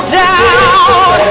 down